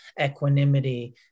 equanimity